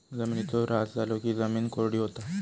जिमिनीचो ऱ्हास झालो की जिमीन कोरडी होता